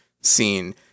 scene